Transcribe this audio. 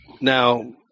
Now